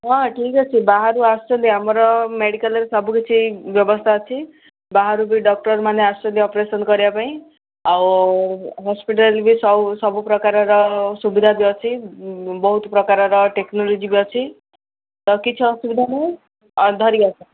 ହଁ ଠିକ୍ ଅଛି ବାହାରୁ ଆସିଛନ୍ତି ଆମର ମେଡ଼ିକାଲ୍ରେ ସବୁକିଛି ବ୍ୟବସ୍ଥା ଅଛି ବାହାରୁ ବି ଡକ୍ଟରମାନେ ଆସୁଛନ୍ତି ଅପରେସନ୍ କରିବା ପାଇଁ ଆଉ ହସ୍ପିଟାଲ୍ ବି ସବୁ ସବୁ ପ୍ରକାରର ସୁବିଧା ବି ଅଛି ବହୁତ ପ୍ରକାରର ଟେକ୍ନୋଲୋଜି ବି ଅଛି ତ କିଛି ଅସୁବିଧା ନାହିଁ ଧରିକି ଆସ